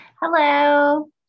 Hello